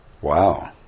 wow